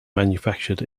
manufactured